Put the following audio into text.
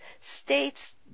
states